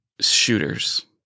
shooters